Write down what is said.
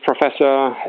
professor